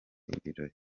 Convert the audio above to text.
ibirori